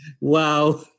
Wow